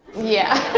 yeah.